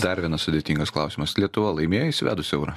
dar vienas sudėtingas klausimas lietuva laimėjo įsivedus eurą